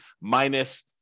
minus